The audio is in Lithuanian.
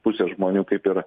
pusė žmonių kaip ir